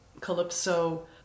Calypso